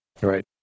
Right